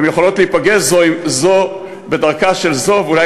והן יכולות להיפגש זו בדרכה של זו ואולי